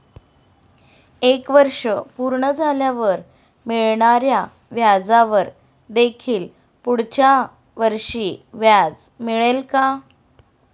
एक वर्ष पूर्ण झाल्यावर मिळणाऱ्या व्याजावर देखील पुढच्या वर्षी व्याज मिळेल का?